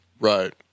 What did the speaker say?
Right